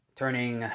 turning